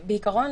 בעיקרון,